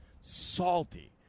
salty